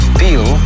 feel